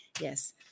Yes